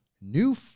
New